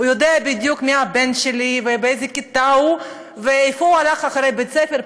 הוא יודע בדיוק מי הבן שלי ובאיזה כיתה הוא ולאן הוא הולך אחרי בית-ספר.